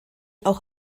auch